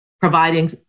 providing